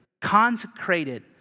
consecrated